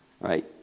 Right